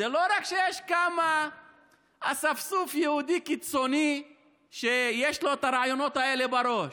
זה לא רק שיש אספסוף יהודי קיצוני שיש לו את הרעיונות האלה בראש,